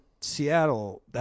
Seattle